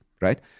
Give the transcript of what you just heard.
right